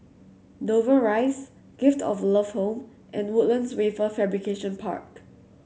Dover Rise Gift of Love Home and Woodlands Wafer Fabrication Park